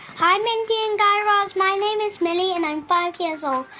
hi, mindy and guy raz. my name is millie, and i'm five years old.